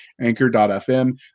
anchor.fm